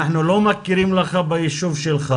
'אנחנו לא מכירים בישוב שלך'